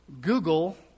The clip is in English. google